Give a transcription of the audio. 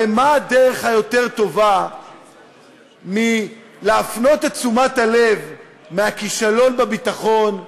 הרי מה הדרך היותר-טובה להפנות את תשומת הלב מהכישלון בביטחון,